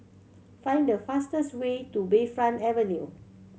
find the fastest way to Bayfront Avenue